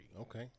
Okay